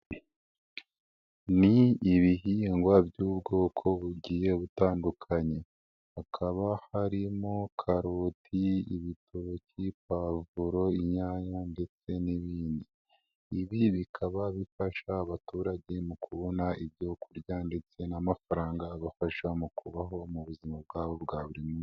nNi ibihingwa by'ubwoko bugiye butandukanye, hakaba harimo karuhuti, ibitoki, pavuro, inyanya ndetse n'ibindi. Ibi bikaba bifasha abaturage mu kubona ibyo kurya ndetse n'amafaranga abafasha mu kubaho mu buzima bwabo bwa buri munsi.